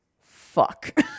fuck